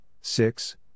six